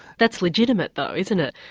that's legitimate though isn't it,